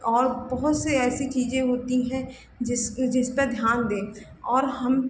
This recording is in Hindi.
और बहुत सी ऐसी चीज़ें होती हैं जिस जिस पर ध्यान दें और हम